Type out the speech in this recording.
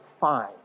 fine